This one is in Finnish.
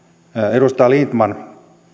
edustaja lindtman